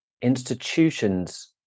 institutions